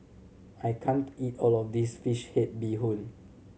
I can't eat all of this fish head bee hoon